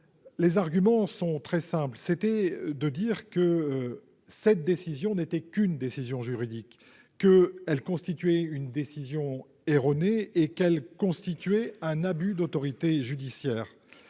Les arguments sont très simple, c'était de dire que cette décision n'était qu'une décision juridique que elle constituait une décision erronée et qu'elle constituait un abus d'autorité judiciaire